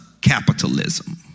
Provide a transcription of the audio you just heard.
capitalism